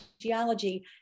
geology